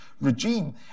regime